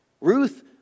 Ruth